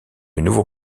nouveau